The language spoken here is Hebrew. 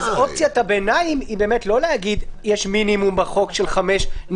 אז אופציית הביניים היא באמת לא להגיד יש מינימום בחוק של חמש,